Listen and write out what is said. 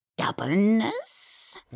stubbornness